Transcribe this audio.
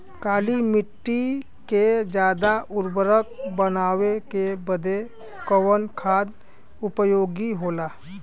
काली माटी के ज्यादा उर्वरक बनावे के बदे कवन खाद उपयोगी होला?